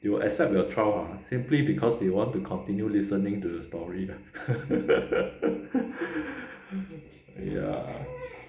they will accept your trial ah simply because they want to continue listening to the story ya